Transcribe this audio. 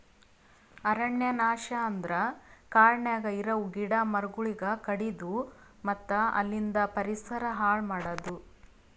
ಅರಣ್ಯ ನಾಶ ಅಂದುರ್ ಕಾಡನ್ಯಾಗ ಇರವು ಗಿಡ ಮರಗೊಳಿಗ್ ಕಡಿದು ಮತ್ತ ಅಲಿಂದ್ ಪರಿಸರ ಹಾಳ್ ಮಾಡದು